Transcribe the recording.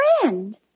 friend